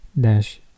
dash